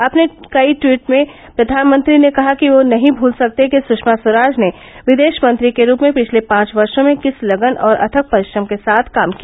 अँपने कई ट्वीट में प्रधानमंत्री ने कहा कि वह नहीं भूल सकते कि सुषमा स्वराज ने विदेश मंत्री के रूप में पिछले पांच वर्षो में किस लगन और अथक परिश्रम के साथ काम किया